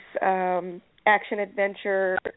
action-adventure